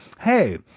Hey